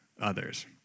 others